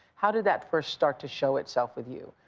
how did that first start to show itself with you,